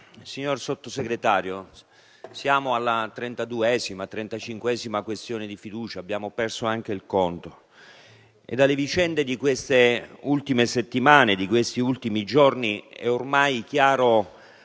Signor Sottosegretario, siamo alla trentaduesima, o forse trentacinquesima, questione di fiducia - abbiamo perso anche il conto - e dalle vicende di queste ultime settimane, di questi ultimi giorni è ormai chiaro